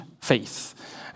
faith